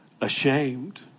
ashamed